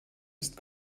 ist